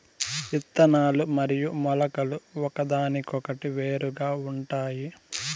ఇత్తనాలు మరియు మొలకలు ఒకదానికొకటి వేరుగా ఉంటాయి